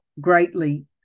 greatly